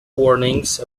warnings